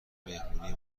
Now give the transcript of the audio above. مهمونی